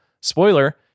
Spoiler